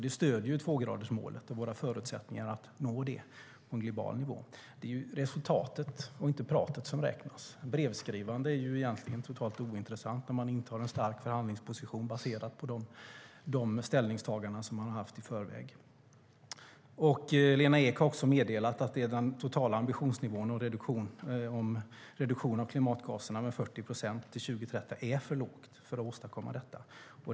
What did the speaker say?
Det stöder tvågradersmålet och våra förutsättningar att nå det på en global nivå. Det är resultatet och inte pratet som räknas. Brevskrivande är egentligen totalt ointressant när man intar en stark förhandlingsposition baserad på de ställningstaganden man gjort i förväg. Lena Ek har också meddelat att det är den totala ambitionsnivån. Reduktionen av klimatgaserna med 40 procent till 2030 är för låg för att åstadkomma detta.